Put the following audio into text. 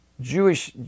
Jewish